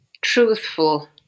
truthful